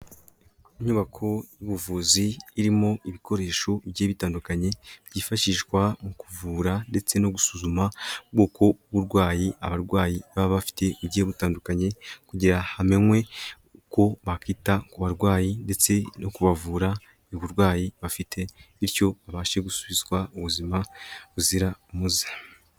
Inyubako y'ubuvuzi irimo ibikoresho bigiye bitandukanye, byifashishwa mu kuvura ndetse no gusuzuma ubwoko bw'uburwayi abarwayi baba bafite bugiye butandukanye, kugira ngo hamenywe uko bakita ku barwayi ndetse no kubavura uburwayi bafite, bityo babashe gusubizwa ubuzima buzira umuze.